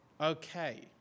Okay